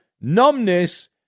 numbness